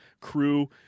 crew